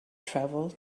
travel